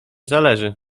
zależy